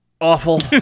awful